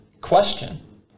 Question